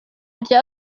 rya